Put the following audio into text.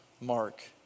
mark